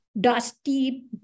Dusty